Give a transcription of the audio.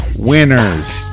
winners